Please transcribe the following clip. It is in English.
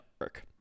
work